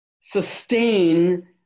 sustain